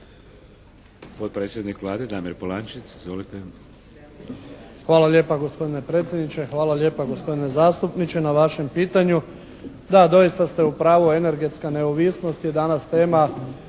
Potpredsjednik Vlade Damir Polančec. Izvolite. **Polančec, Damir (HDZ)** Hvala lijepa gospodine predsjedniče. Hvala lijepa gospodine zastupniče na vašem pitanju. Da. Doista ste u pravu, energetska neovisnost je danas tema